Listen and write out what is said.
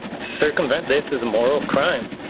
circumvent this is a moral crime.